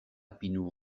pinu